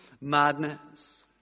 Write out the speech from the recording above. madness